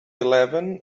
eleven